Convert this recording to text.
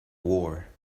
war